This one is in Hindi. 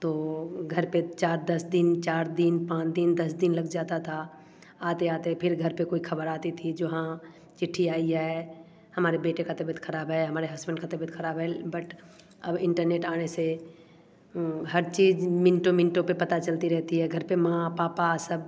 तो घर पर चार दस दिन चार दिन पाँच दिन दस दिन लग जाता था आते आते फिर घर पे कोई खबर आती थी जो हाँ चिट्ठी आई है हमारे बेटे का तबियत खराब है हमारे हसबैंड का तबियत खराब है बट अब इंटरनेट आने से हर चीज़ मिनटों मिनटों पर पता चलती रहती है घर पर माँ पापा सब